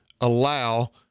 allow